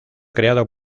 creado